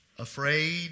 Afraid